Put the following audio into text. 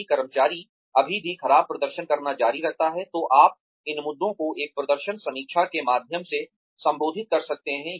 यदि कर्मचारी अभी भी खराब प्रदर्शन करना जारी रखता है तो आप इन मुद्दों को एक प्रदर्शन समीक्षा के माध्यम से संबोधित कर सकते हैं